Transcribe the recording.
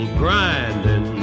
grinding